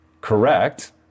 Correct